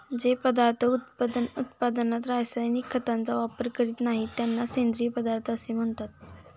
जे पदार्थ उत्पादनात रासायनिक खतांचा वापर करीत नाहीत, त्यांना सेंद्रिय पदार्थ असे म्हणतात